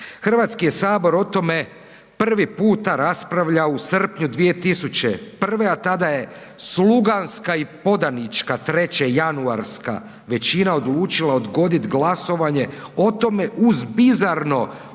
HS je o tome prvi puta raspravljao u srpnju 2001., a tada je sluganska i podanička trećejanuarska većina odlučila odgodit glasovanje o tome uz bizarno